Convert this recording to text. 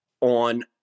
on